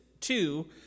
Two